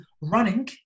running